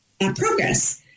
progress